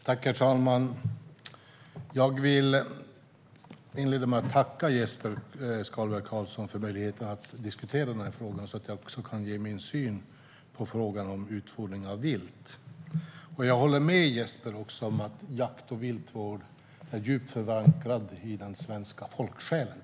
Herr talman! Jag vill tacka Jesper Skalberg Karlsson för möjligheten att diskutera detta så att jag kan få ge min syn på frågan om utfodring av vilt. Jag håller med Jesper om att jakt och viltvård är djupt förankrade i den svenska folksjälen.